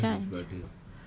no not a chance